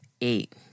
eight